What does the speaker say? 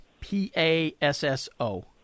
P-A-S-S-O